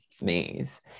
maze